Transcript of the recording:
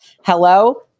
hello